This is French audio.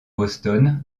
boston